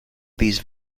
these